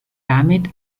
damit